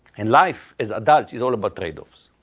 and life as adults is all about trade-offs.